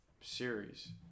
series